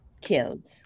killed